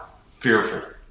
fearful